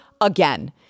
again